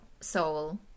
soul